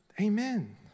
Amen